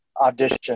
audition